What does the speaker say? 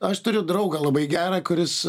aš turiu draugą labai gerą kuris